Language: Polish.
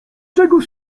czego